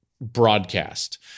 broadcast